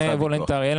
זה ארגון וולונטרי.